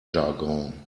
jargon